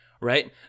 right